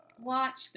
watch